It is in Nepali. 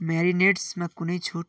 म्यारिनेड्समा कुनै छुट